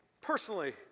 personally